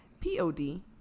P-O-D